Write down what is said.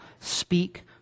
speak